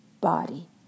body